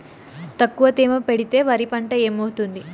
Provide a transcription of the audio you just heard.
తక్కువ తేమ పెడితే వరి పంట ఏమవుతుంది